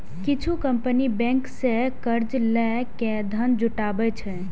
किछु company bank सं कर्ज लए के धन जुटाबै छै